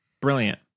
brilliant